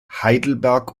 heidelberg